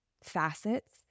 facets